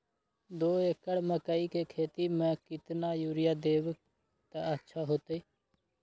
दो एकड़ मकई के खेती म केतना यूरिया देब त अच्छा होतई?